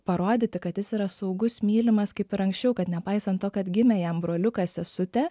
parodyti kad jis yra saugus mylimas kaip ir anksčiau kad nepaisant to kad gimė jam broliukas sesutė